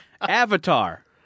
Avatar